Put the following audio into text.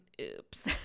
Oops